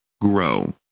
grow